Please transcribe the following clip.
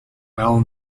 well